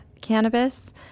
cannabis